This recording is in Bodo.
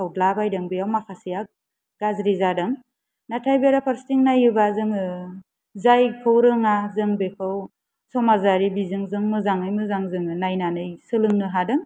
फोसावद्लाबायदों बेयाव माखासेया गाज्रि जादों नाथाय बेरा फारसेथिं नायोब्ला जोङो जायखौ रोङा जों बेखौ समाजारि बिजोंजों मोजाङै मोजां जोङो नायनानै सोलोंनो हादों